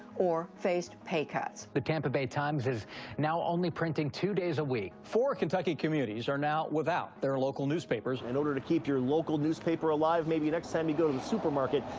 or faced pay cuts. the tampa bay times is now only printing two days a week. four kentucky communities are now without their local newspapers. in order to keep your local newspaper alive, maybe next time you go to the supermarket,